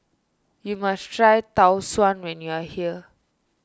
you must try Tau Suan when you are here